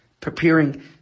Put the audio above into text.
Preparing